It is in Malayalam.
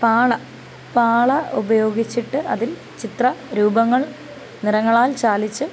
പാള പാള ഉപയോഗിച്ചിട്ട് അതിൽ ചിത്ര രൂപങ്ങൾ നിറങ്ങളാൽ ചാലിച്ച്